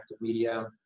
media